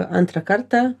antrą kartą